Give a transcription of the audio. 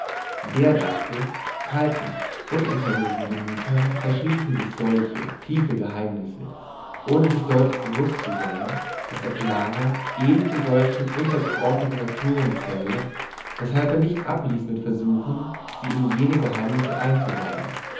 der dachte kalten unempfänglichen gemütern verschließen sich solche tiefe geheimnisse ohne sich deutlich bewußt zu sein daß er clara eben zu solchen untergeordneten naturen zähle weshalb er nicht abließ mit versuchen sie in jene geheimnisse einzuweihen